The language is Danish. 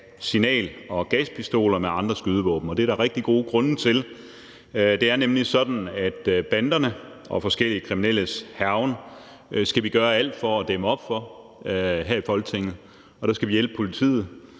signal- og gaspistoler med andre skydevåben. Og det er der rigtig gode grunde til. Det er nemlig sådan, at vi her i Folketinget skal gøre alt for at dæmme op for bandernes og forskellige kriminelles hærgen. Og der skal vi hjælpe politiet;